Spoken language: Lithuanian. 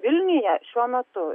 vilniuje šiuo metu